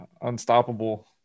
unstoppable